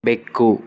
ಬೆಕ್ಕು